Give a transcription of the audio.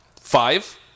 Five